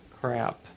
crap